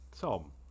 Tom